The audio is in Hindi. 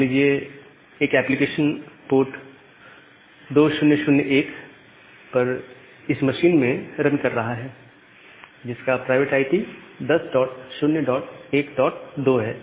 मान लीजिए कि एक एप्लीकेशन पोर्ट 2001 पर इस मशीन में रन कर रहा है जिसका प्राइवेट आईपी 10012 है